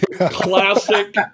classic